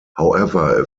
however